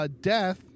Death